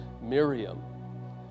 Miriam